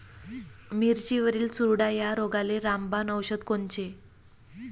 मिरचीवरील चुरडा या रोगाले रामबाण औषध कोनचे?